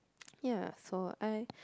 ya so I